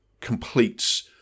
completes